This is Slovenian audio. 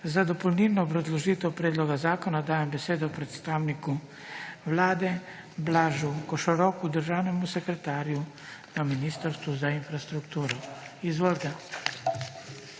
Za dopolnilno obrazložitev predloga zakona dajem besedo predstavniku Vlade Blažu Košoroku, državnemu sekretarju na Ministrstvu za infrastrukturo. Izvolite.